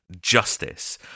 justice